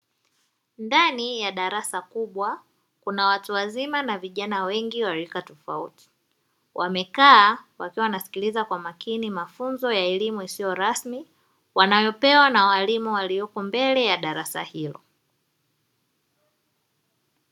Ndani ya darasa kubwa, kuna watu wazima na vijana wengi wa rika tofauti, wamekaa wakiwa wanasikiliza kwa makini, mafunzo ya elimu isiyo rasmi, wanayo pewa na walimu waliopo mbele ya darasa hilo.